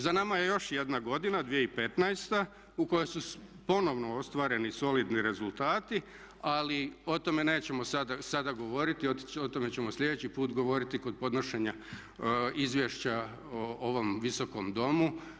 Za nama je još jedna godina, 2015., u kojoj su ponovno ostvareni solidni rezultati ali o tome nećemo sada govoriti, o tome ćemo sljedeći put govoriti kod podnošenja izvješća ovom Visokom domu.